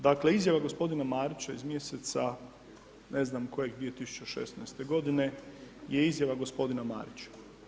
Dakle, izjava gospodina Marića iz mjeseca ne znam kojeg 2016. godine je izjava gospodina Marića.